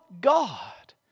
God